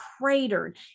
cratered